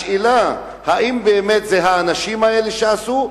השאלה אם באמת זה האנשים האלה שעשו,